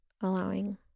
allowing